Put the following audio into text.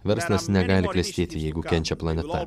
verslas negali klestėti jeigu kenčia planeta